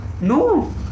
no